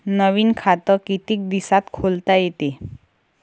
नवीन खात कितीक दिसात खोलता येते?